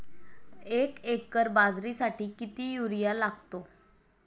एक एकर बाजरीसाठी किती युरिया लागतो?